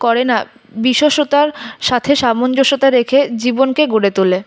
করে না বিশেষ্যতার সাথে সামঞ্জস্যতা রেখে জীবনকে গড়ে তোলে